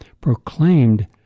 proclaimed